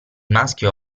maschio